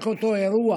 רק אותו אירוע